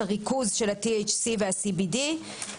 את הריכוז של ה-THC וה- CBD,